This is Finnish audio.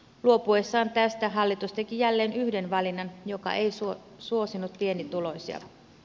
luopuessaan tästä hallitus teki jälleen yhden valinnan joka ei suosinut pienituloisia